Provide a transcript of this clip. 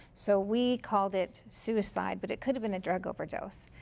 so we called it suicide, but it could have been a drug overdose.